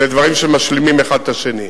אלה דברים שמשלימים אחד את השני.